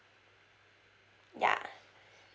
ya